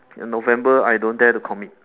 november I don't dare to commit